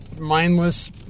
mindless